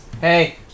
Hey